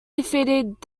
defeated